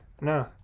No